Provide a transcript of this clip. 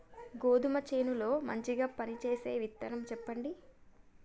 గోధుమ చేను లో మంచిగా పనిచేసే విత్తనం చెప్పండి?